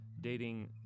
dating